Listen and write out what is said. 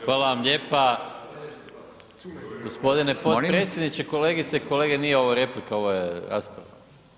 Hvala vam lijepa, …… [[Upadica sa strane, ne razumije se.]] g. potpredsjedniče, kolegice i kolege, nije ovo replika, ovo je rasprava.